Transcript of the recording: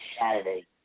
Saturday